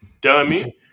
dummy